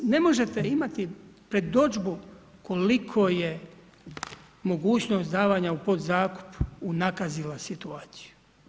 Ne možete imati predodžbu koliko je mogućnost davanja u podzakup unakazila situaciju.